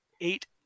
eight